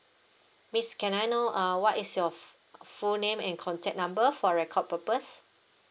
miss can I know uh what is your f~ full name and contact number for record purpose